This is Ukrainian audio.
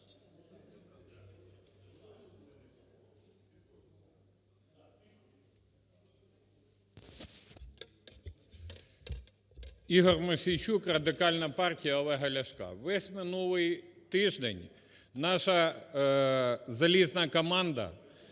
ІгорМосійчук, Радикальна партія Олега Ляшка. Весь минулий тиждень наша залізна команда